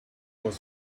was